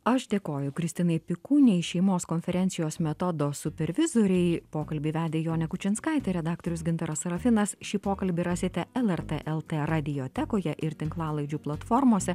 aš dėkoju kristinai pikūnei šeimos konferencijos metodo supervizorei pokalbį vedė jonė kučinskaitė redaktorius gintaras sarafinas šį pokalbį rasite lrt lt radiotekoje ir tinklalaidžių platformose